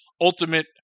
ultimate